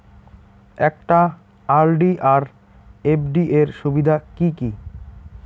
একটা আর.ডি আর এফ.ডি এর সুবিধা কি কি?